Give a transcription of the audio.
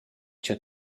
cha